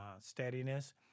steadiness